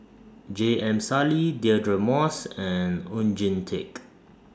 J M Sali Deirdre Moss and Oon Jin Teik